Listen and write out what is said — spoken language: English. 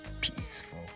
peaceful